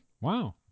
wow